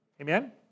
Amen